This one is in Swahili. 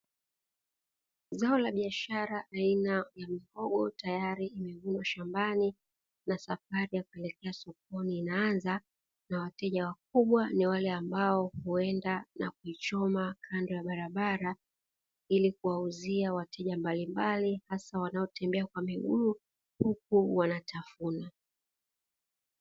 Zao la biashara aina ya mihogo tayari limevunwa shambani na safari ya kuelekea sokoni inaanza na wateja wakubwa ni wale ambao huenda na kuichoma kando ya barabara ili kuwauzia wateja mbalimbali hasa wanaotembea kwa miguu huku wanatafuna.